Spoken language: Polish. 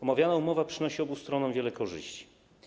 Omawiana umowa przynosi obu stronom wiele korzyści.